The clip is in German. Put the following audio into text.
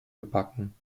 gebacken